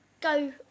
go